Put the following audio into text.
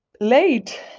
late